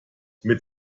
mit